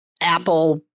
Apple